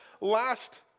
last